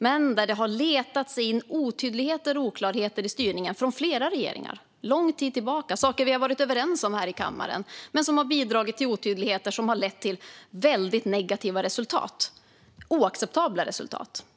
Men det har letat sig in otydligheter och oklarheter i styrningen från flera regeringar sedan lång tid tillbaka. Det handlar om saker som vi har varit överens om här i kammaren. Men det har bidragit till otydligheter som har lett till väldigt negativa resultat, oacceptabla resultat.